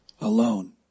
alone